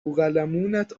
بوقلمونت